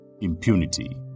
impunity